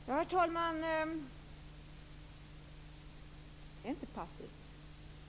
Herr talman!